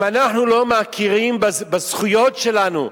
אם אנחנו לא מכירים בזכויות שלנו,